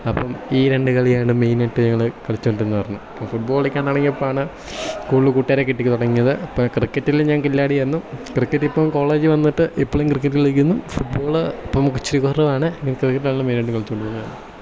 അപ്പം ഈ രണ്ട് കളിയാണ് മെയിൻ ആയിട്ട് ഞങ്ങൾ കളിച്ചുകൊണ്ടിരുന്നത് പറഞ്ഞാൽ ഇപ്പോൾ ഫുട്ബോൾ കളിക്കാൻ തുടങ്ങിയപ്പോഴാണ് കൂടുതൽ കൂട്ടുകാരെ കിട്ടിത്തുടങ്ങിയത് അപ്പം ക്രിക്കറ്റിൽ ഞാൻ കില്ലാടി ആയിരുന്നു ക്രിക്കറ്റ് ഇപ്പോൾ കോളേജിൽ വന്നിട്ട് ഇപ്പോളും ക്രിക്കറ്റ് കളിക്കുന്നു ഫുട്ബോൾ ഇപ്പം നമുക്ക് ഇച്ചിരി കുറവാണ് ക്രിക്കറ്റ് ആണല്ലോ മെയിൻ ആയിട്ട് കളിച്ചോണ്ടിരിക്കുന്നത്